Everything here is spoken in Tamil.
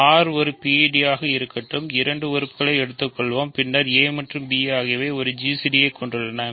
R ஒரு PID ஆக இருக்கட்டும் இரண்டு உறுப்புகளை எடுத்துக்கொள்வோம் பின்னர் a மற்றும் b ஆகியவை ஒரு gcd ஐ கொண்டுள்ளன